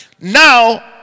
Now